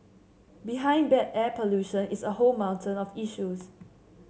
behind bad air pollution is a whole mountain of issues